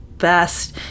best